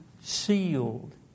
sealed